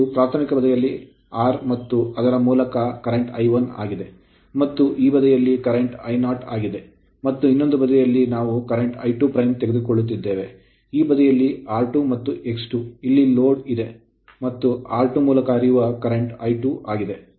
ಆದ್ದರಿಂದ ಇದು ಪ್ರಾಥಮಿಕ ಬದಿಯಲ್ಲಿ R ಮತ್ತು ಅದರ ಮೂಲಕ ಪ್ರವಾಹ I1 ಆಗಿದೆ ಮತ್ತು ಇದು ಈ ಬದಿಯಲ್ಲಿ ಪ್ರಸ್ತುತ I0 ಆಗಿದೆ ಮತ್ತು ಇನ್ನೊಂದು ಬದಿಯಲ್ಲಿ ನಾವು ಪ್ರಸ್ತುತ I2 ತೆಗೆದುಕೊಳ್ಳುತ್ತಿದ್ದೇವೆಮತ್ತು ಈ ಬದಿಯಲ್ಲಿ R2 ಮತ್ತು X2 ಇಲ್ಲಿ ಲೋಡ್ ಇದೆ ಮತ್ತು R2 ಮೂಲಕ ಹರಿಯುವ ಪ್ರವಾಹವು I2 ಆಗಿದೆ